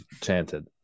chanted